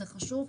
זה חשוב,